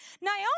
Naomi